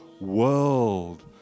world